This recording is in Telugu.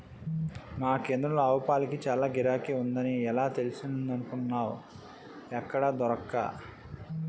మా కేంద్రంలో ఆవుపాలకి చాల గిరాకీ ఉందని ఎలా తెలిసిందనుకున్నావ్ ఎక్కడా దొరక్క